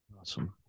Awesome